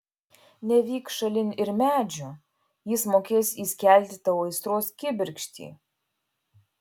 nevyk šalin ir medžio jis mokės įskelti tau aistros kibirkštį